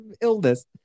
illness